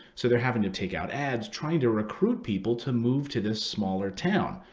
so they're having to take out ads, trying to recruit people to move to this smaller town.